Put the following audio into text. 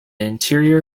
interior